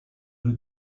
who